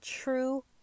true